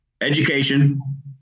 education